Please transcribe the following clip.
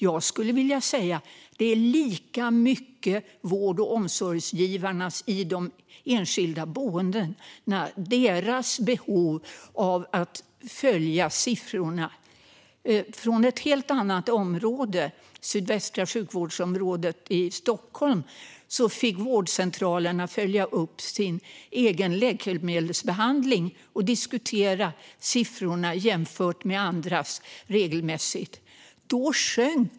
Jag skulle vilja säga att det handlar lika mycket om behovet för vård och omsorgsgivarna i de enskilde boendena att följa siffrorna. I sydvästra sjukvårdsområdet i Stockholm fick vårdcentralerna följa upp sin egen läkemedelsbehandling och regelmässigt diskutera siffrorna och jämföra dem med andras.